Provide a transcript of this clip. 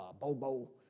Bobo